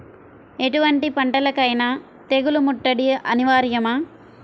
ఎటువంటి పంటలకైన తెగులు ముట్టడి అనివార్యమా?